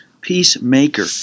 peacemaker